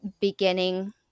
beginning